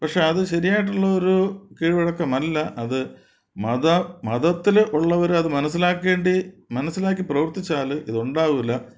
പക്ഷേ അത് ശരിയായിട്ടുള്ള ഒരു കീഴ്വഴക്കമല്ല അത് മത മതത്തില് ഉള്ളവര് അത് മനസ്സിലാക്കേണ്ടി മനസ്സിലാക്കി പ്രവർത്തിച്ചാല് ഇത് ഉണ്ടാവൂല